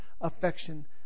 affection